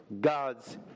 God's